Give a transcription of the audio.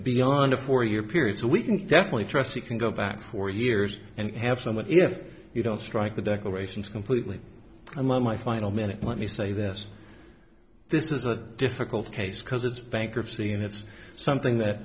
beyond a four year period so we can definitely trust we can go back four years and have someone if you don't strike the declarations completely and my final minute let me say this this is a difficult case because it's bankruptcy and it's something that